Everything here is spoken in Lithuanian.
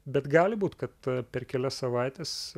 bet gali būt kad per kelias savaites